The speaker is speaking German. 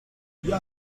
die